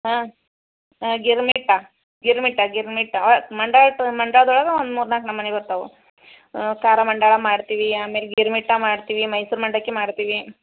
ಹಾಂ ಹಾಂ ಗಿರ್ಮಿಟ್ಟ ಗಿರ್ಮಿಟ್ಟ ಗಿರ್ಮಿಟ್ಟ ಮಂಡ್ಯದೊಳಗೆ ಒಂದು ಮೂರು ನಾಲ್ಕು ನಮೂನಿ ಬರ್ತಾವೆ ಖಾರ ಮಂಡಾಳು ಮಾಡ್ತೀವಿ ಆಮೇಲೆ ಗಿರ್ಮಿಟ್ಟ ಮಾಡ್ತೀವಿ ಮೈಸೂರು ಮಂಡಕ್ಕಿ ಮಾಡ್ತೀವಿ